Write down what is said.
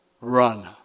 run